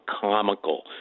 comical